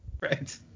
Right